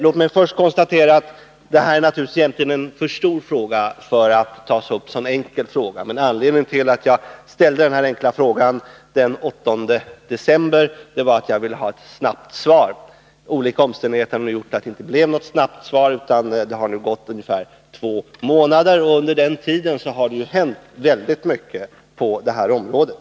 Låt mig först konstatera att detta naturligtvis egentligen är en för stor angelägenhet för att tas upp som en enkel fråga. Men anledningen till att jag ställde denna fråga den 8 december var att jag ville ha ett snabbt svar. Olika omständigheter har gjort att det inte blev något snabbt svar. Det har nu gått ungefär två månader, och under den tiden har det hänt väldigt mycket på området.